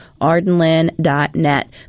Ardenland.net